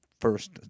first